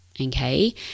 Okay